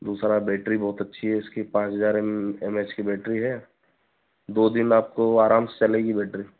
दूसरा बैटरी बहुत अच्छी है इसकी पाँच हज़ार एम एम ए एच की बैटरी है दो दिन आपको आराम से चलेगी बैटरी